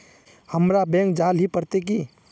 हमरा बैंक जाल ही पड़ते की?